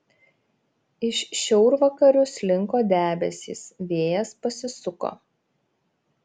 iš šiaurvakarių slinko debesys vėjas pasisuko